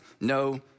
no